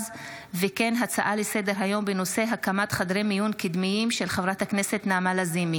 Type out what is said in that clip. בנושא: הסדרת חדרי המיון הקדמיים ברשויות מרוחקות,